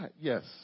yes